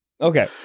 Okay